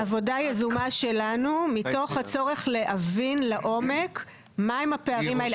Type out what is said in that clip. עבודה יזומה שלנו מתוך הצורך להבין לעומק מהם הפערים האלו.